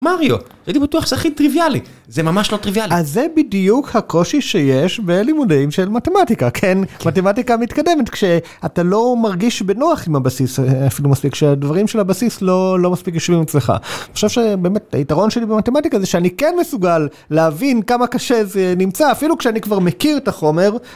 מריו, הייתי בטוח שזה הכי טריוויאלי. זה ממש לא טריוויאלי. אז זה בדיוק הקושי שיש בלימודים של מתמטיקה, כן? מתמטיקה מתקדמת, כשאתה לא מרגיש בנוח עם הבסיס אפילו מספיק, כשהדברים של הבסיס לא מספיק יושבים אצלך. תחשוב שבאמת היתרון שלי במתמטיקה זה שאני כן מסוגל להבין כמה קשה זה נמצא אפילו כשאני כבר מכיר את החומר.